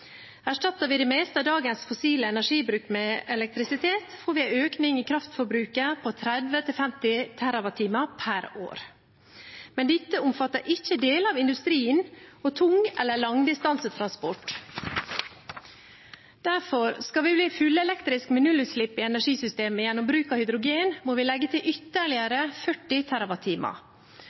Erstatter vi det meste av dagens fossile energibruk med elektrisitet, får vi en økning i kraftforbruket på 30–50 TWh per år. Men dette omfatter ikke deler av industrien og tung- eller langdistansetransport. Derfor: Skal vi bli fullelektrifiserte med nullutslipp i energisystemet gjennom bruk av hydrogen, må vi legge til ytterligere 40